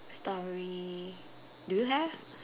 story do you have